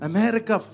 America